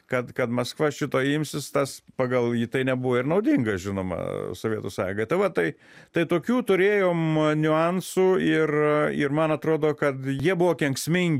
kad kad maskva šito imsis tas pagal jį tai nebuvo ir naudinga žinoma sovietų sąjungai tai va tai tai tokių turėjom niuansų ir ir man atrodo kad jie buvo kenksmingi